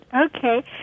Okay